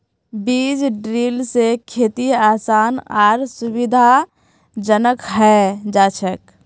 बीज ड्रिल स खेती आसान आर सुविधाजनक हैं जाछेक